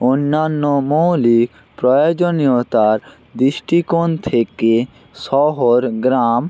অন্যান্য মৌলিক প্রয়োজনীয়তার দৃষ্টিকোণ থেকে শহর গ্রাম